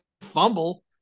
fumble